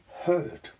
heard